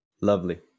Lovely